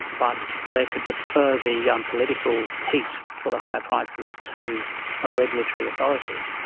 but they could defer the um political heat for the higher prices to a regulatory authority,